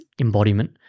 embodiment